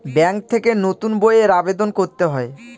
bank থেকে নতুন বইয়ের আবেদন করতে হয়